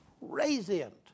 radiant